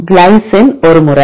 glycine ஒரு முறை